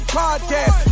podcast